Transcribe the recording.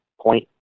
point